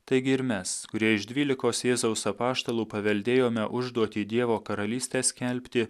taigi ir mes kurie iš dvylikos jėzaus apaštalų paveldėjome užduotį dievo karalystę skelbti